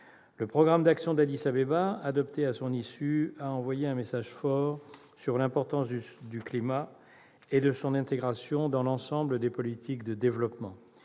Le programme d'action d'Addis-Abeba, adopté à son issue, a envoyé un message fort sur l'importance du climat et de son intégration dans l'ensemble des politiques de développement.